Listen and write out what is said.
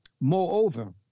Moreover